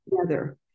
together